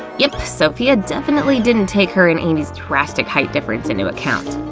yep, sophia definitely didn't take her and amy's drastic height difference into account.